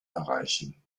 erreichen